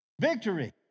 Victory